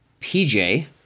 PJ